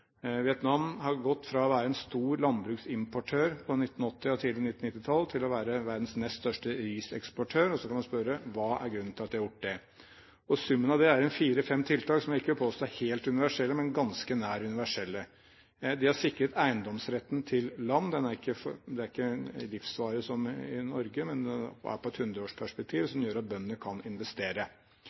Vietnam har gått fra å være en stor landbruksimportør på 1980-tallet og tidlig 1990-tall til å være verdens nest største riseksportør. Så kan man spørre: Hva er grunnen til at de har gjort det? Summen av det er fire–fem tiltak som jeg ikke vil påstå er helt universelle, men ganske nær universelle. De har sikret eiendomsretten til land. Det er ikke livsvarig som i Norge, men det er i et hundreårsperspektiv som gjør at bøndene kan investere.